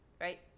right